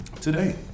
Today